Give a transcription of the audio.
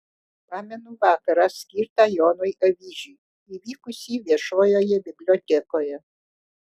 pamenu vakarą skirtą jonui avyžiui įvykusį viešojoje bibliotekoje